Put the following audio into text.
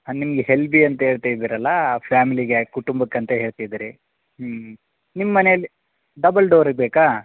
ನಿಮ್ಗೆ ಹೆಲ್ದಿ ಅಂತ ಹೇಳ್ತ ಇದ್ದೀರಲ್ಲ ಫ್ಯಾಮ್ಲಿಗೆ ಕುಟುಂಬಕ್ಕೆ ಅಂತ ಹೇಳ್ತಿದ್ದೀರಿ ಹ್ಞೂ ಹ್ಞೂ ನಿಮ್ಮ ಮನೇಲಿ ಡಬಲ್ ಡೋರಿದ್ದು ಬೇಕಾ